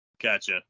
Gotcha